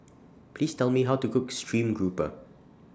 Please Tell Me How to Cook Stream Grouper